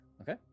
Okay